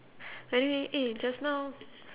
by the way eh just now